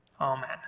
Amen